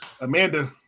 Amanda